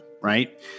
Right